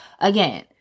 again